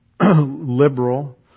liberal